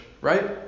right